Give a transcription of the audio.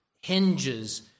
hinges